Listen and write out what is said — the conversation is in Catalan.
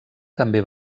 també